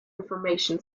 information